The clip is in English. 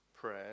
prayer